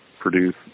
produce